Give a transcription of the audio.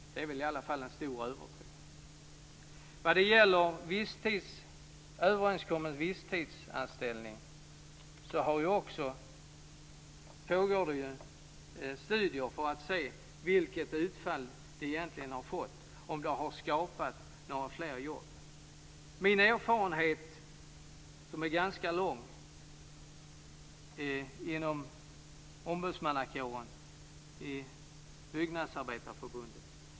I fråga om överenskommen visstidsanställning pågår studier för att se hur utfallet har blivit, om det har skapat fler jobb. Jag har ganska lång erfarenhet inom ombudsmannakåren i Byggnadsarbetarförbundet.